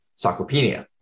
sarcopenia